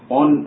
on